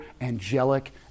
angelic